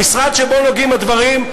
המשרד שבו נוגעים הדברים,